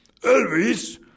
Elvis